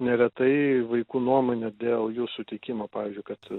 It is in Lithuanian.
neretai vaikų nuomonė dėl jų sutikimo pavyzdžiui kad